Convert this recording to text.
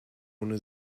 ohne